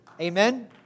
Amen